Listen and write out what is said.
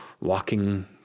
walking